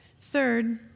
Third